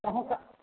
कहुँ कऽ